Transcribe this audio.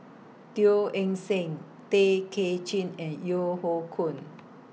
Teo Eng Seng Tay Kay Chin and Yeo Hoe Koon